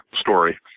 story